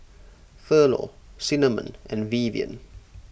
Thurlow Cinnamon and Vivian